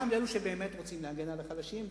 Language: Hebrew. גם לאלו שבאמת רוצים להגן על החלשים,